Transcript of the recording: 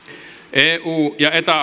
eu ja eta